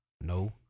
no